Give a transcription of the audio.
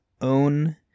own